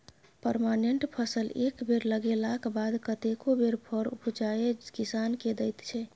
permanent फसल एक बेर लगेलाक बाद कतेको बेर फर उपजाए किसान केँ दैत छै